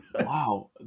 Wow